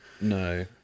No